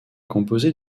composée